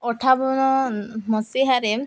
ଅଠାବନ ମସିହାରେ